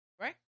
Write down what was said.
Right